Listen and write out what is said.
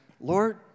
Lord